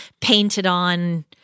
painted-on